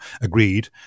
agreed